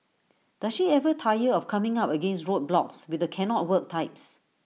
does she ever tire of coming up against roadblocks with the cannot work types